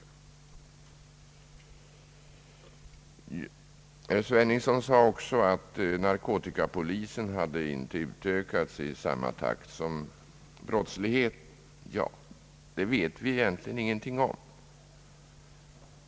Herr Sveningsson sade också att narkotikapolisen inte utökats i samma takt som brottsligheten. Ja, det vet vi egentligen ingenting om.